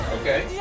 Okay